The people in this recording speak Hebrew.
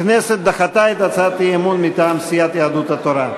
הכנסת דחתה את הצעת האי-אמון מטעם סיעת יהדות התורה.